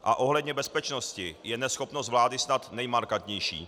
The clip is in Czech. A ohledně bezpečnosti je neschopnost vlády snad nejmarkantnější.